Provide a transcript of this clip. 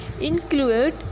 include